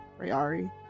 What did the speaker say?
Rayari